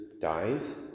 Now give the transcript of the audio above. dies